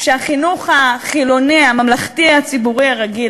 שהחינוך החילוני הממלכתי הציבורי הרגיל